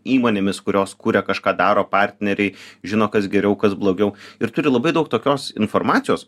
įmonėmis kurios kuria kažką daro partneriai žino kas geriau kas blogiau ir turi labai daug tokios informacijos